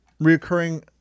reoccurring